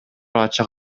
ачык